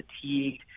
fatigued